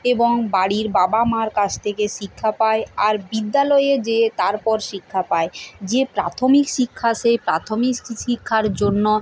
এবং বাড়ির বাবা মার কাছ থেকে শিক্ষা পায় আর বিদ্যালয়ে যেয়ে তারপর শিক্ষা পায় যে প্রাথমিক শিক্ষা সেই প্রাথমিক শিক্ষার জন্য